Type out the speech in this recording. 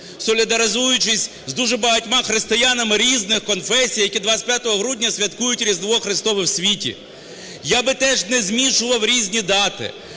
солідаризуючись з дуже багатьма християнами різних конфесій, які 25 грудня святкують Різдво Христове в світі. Я би теж не змішував різні дати.